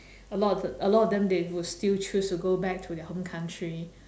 a lot of a lot of them they would still choose to go back to their home country